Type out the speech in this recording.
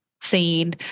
seen